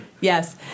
Yes